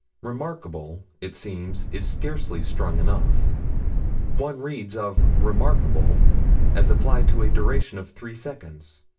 remarkable, it seems, is scarcely strong enough one reads of remarkable as applied to a duration of three seconds.